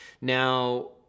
Now